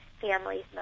families